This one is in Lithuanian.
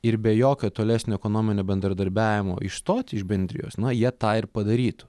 ir be jokio tolesnio ekonominio bendradarbiavimo išstot iš bendrijos na jie tą ir padarytų